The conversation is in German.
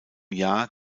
jahr